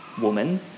woman